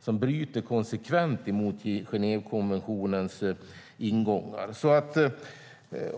som bryter konsekvent mot Genèvekonventionens ingångar.